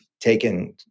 taken